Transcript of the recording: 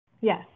Yes